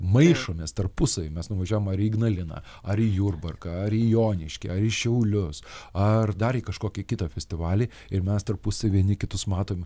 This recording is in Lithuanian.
maišomės tarpusavyje mes nuvažiuojam ar ignaliną ar į jurbarką ar į joniškį ar į šiaulius ar dar į kažkokį kitą festivalį ir mes tarpusavy vieni kitus matom